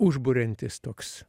užburiantis toks